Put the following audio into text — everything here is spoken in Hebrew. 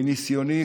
מניסיוני,